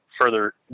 further